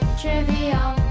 trivial